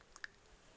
ओ चश्मा